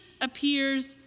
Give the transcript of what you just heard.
appears